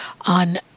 on